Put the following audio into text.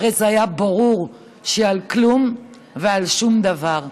הרי זה היה ברור שעל כלום ועל שום דבר,